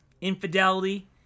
infidelity